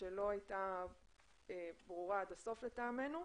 שלא הייתה ברורה עד הסוף לטעמנו.